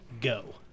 Go